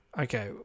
okay